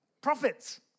profits